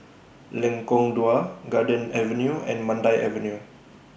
Lengkong Dua Garden Avenue and Mandai Avenue